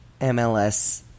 MLS